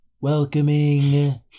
Welcoming